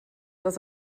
dass